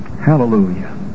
Hallelujah